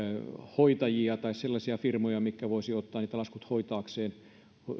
hoitajia tai sellaisia firmoja mitkä voisivat ottaa laskut hoitaakseen